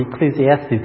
Ecclesiastes